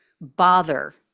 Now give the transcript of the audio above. bother